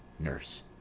nurse.